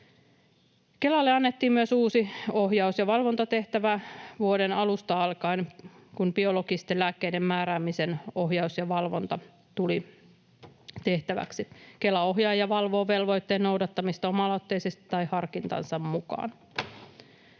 Kelalle annettiin myös uusi ohjaus- ja valvontatehtävä vuoden alusta alkaen, kun biologisten lääkkeiden määräämisen ohjaus ja valvonta tulivat tehtäviksi. Kela ohjaa ja valvoo velvoitteen noudattamista oma-aloitteisesti tai harkintansa mukaan.